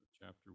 chapter